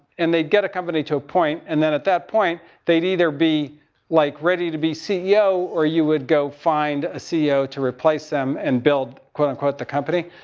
and they'd get a company to a point, and then at that point they'd either be like ready to be ceo, or you would go find a ceo to replace them and build quote, unquote the company.